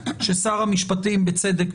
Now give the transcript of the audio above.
ששר המשפטים בצדק,